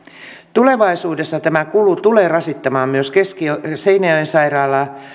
tulevaisuudessa tämä kulu tulee rasittamaan myös seinäjoen sairaalaa